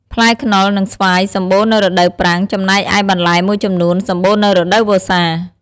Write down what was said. ផ្លែខ្នុរ និងស្វាយសម្បូរនៅរដូវប្រាំង ចំណែកឯបន្លែមួយចំនួនសម្បូរនៅរដូវវស្សា។